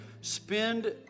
spend